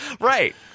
Right